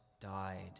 died